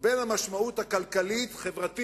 ובין המשמעות הכלכלית-חברתית